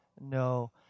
no